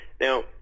Now